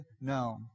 No